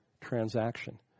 transaction